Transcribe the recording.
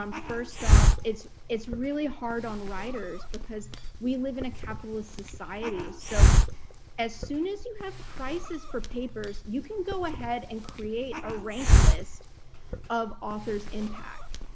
um first off, it's it's really hard on writers because we live in a capitalist society. so as soon as you have prices for papers, you can go ahead and create a rank list of authors' impact,